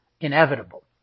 inevitable